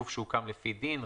גוף שהוקם לפי דין,